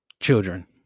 children